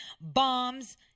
bombs